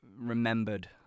remembered